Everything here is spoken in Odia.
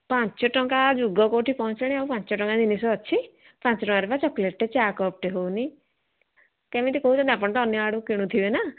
ପାଞ୍ଚ ଟଙ୍କା ଯୁଗ କେଉଁଠି ପହଞ୍ଚିଲାଣି ଆଉ ପାଞ୍ଚ ଟଙ୍କା ଜିନିଷ ଅଛି ପାଞ୍ଚ ଟଙ୍କାରେ ବା ଚକଲେଟ୍ଟେ ଚା' କପ୍ଟେ ହେଉନି କେମିତି କହୁଛନ୍ତି ଆପଣ ତ ଅନ୍ୟ ଆଡ଼ୁ କିଣୁଥିବେ ନା